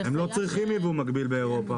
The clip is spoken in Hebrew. הם לא צריכים ייבוא מקביל באירופה.